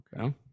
okay